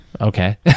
Okay